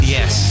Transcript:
Yes